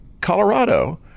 Colorado